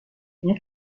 این